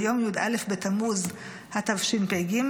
ביום י"א בתמוז התשפ"ג,